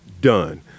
done